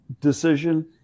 decision